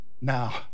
now